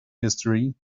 history